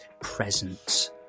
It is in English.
presence